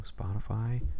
Spotify